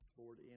Lord